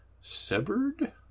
Severed